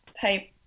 type